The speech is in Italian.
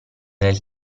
del